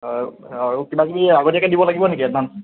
হয় আৰু কিবাকিবি আগতীয়াকৈ দিব লাগিব নেকি এডভাঞ্চ